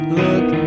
look